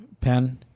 pen